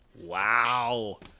Wow